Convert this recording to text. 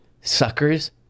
suckers